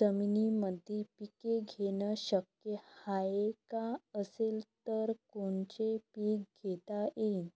जमीनीमंदी पिके घेणे शक्य हाये का? असेल तर कोनचे पीक घेता येईन?